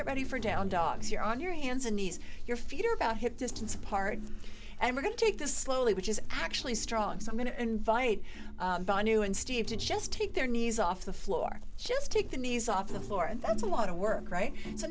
get ready for down dogs here on your hands and knees your feet are about hip distance apart and we're going to take this slowly which is actually strong some going to invite you and steve to just take their knees off the floor just take the knees off the floor and that's a lot of work right so